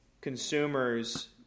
consumers